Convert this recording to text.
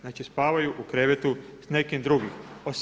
Znači spavaju u krevetu sa nekim drugim.